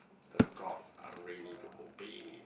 the gods are ready to obey